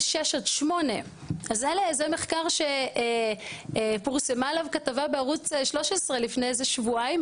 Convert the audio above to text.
6 עד 8. זה מחקר שפורסמה עליו כתבה בערוץ 13 לפני שבועיים,